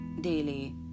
daily